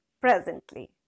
presently